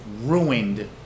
ruined